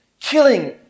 killing